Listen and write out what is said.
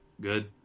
good